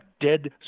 dead